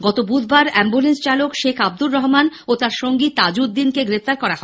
গত বুধবার অ্যাম্বলেন্স চালক শেখ আব্দুর রহমান এবং তার সঙ্গী তাজুদ্দীনকে গ্রেফতার করা হয়